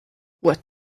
what